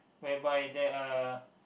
whereby there are